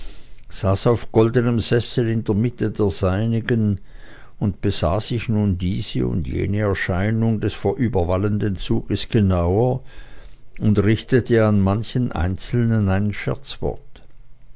saß auf goldenem sessel in der mitte der seinigen und besah sich nun diese und jene erscheinung des vorüberwallenden zuges genauer und richtete an manchen einzelnen ein